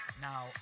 now